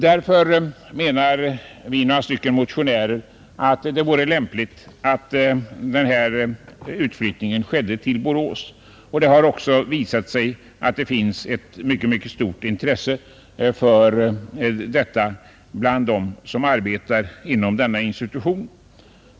Därför menar vi, några stycken motionärar, att det vore lämpligt att denna utflyttning skedde till Borås. Det har också visat sig att det finns ett mycket stort intresse för detta bland dem som arbetar inom detta institut.